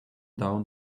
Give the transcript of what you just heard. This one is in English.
down